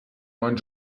neuen